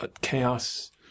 chaos